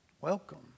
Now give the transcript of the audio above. welcome